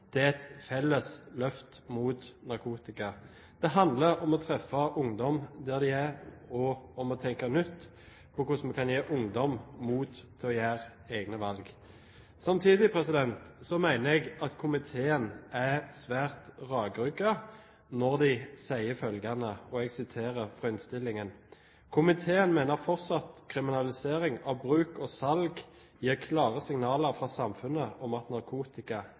nettsamfunn for et felles løft mot narkotika. Det handler om å treffe ungdom der de er, og om å tenke nytt om hvordan vi kan gi ungdom mot til å gjøre egne valg. Samtidig mener jeg at komiteen er svært rakrygget når de sier følgende: «Komiteen mener fortsatt kriminalisering av bruk og salg gir klare signaler fra samfunnet om at narkotika ikke godtas.» Jeg er